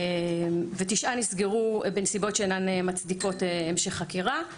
ותשעה נסגרו בנסיבות שאינן מצדיקות המשך חקירה.